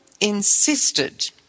insisted